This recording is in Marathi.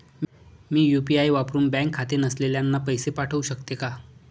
मी यू.पी.आय वापरुन बँक खाते नसलेल्यांना पैसे पाठवू शकते का?